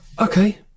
okay